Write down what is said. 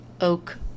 Oak